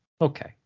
okay